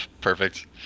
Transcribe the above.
Perfect